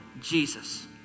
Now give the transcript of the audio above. Jesus